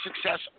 success